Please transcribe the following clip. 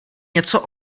něco